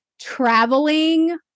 traveling